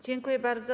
Dziękuję bardzo.